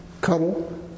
cuddle